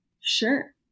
sure